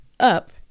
up